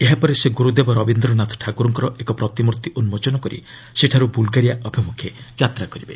ଏହାପରେ ସେ ଗୁରୁଦେବ ରବୀନ୍ଦ୍ରନାଥ ଠାକୁରଙ୍କର ଏକ ପ୍ରତିମ୍ଭି ଉନ୍କୋଚନ କରି ସେଠାରୁ ବୁଲଗାରିଆ ଅଭିମ୍ରଖେ ଯାତ୍ରା କରିବେ